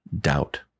doubt